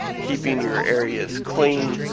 keeping your areas clean.